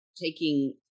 taking